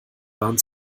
waren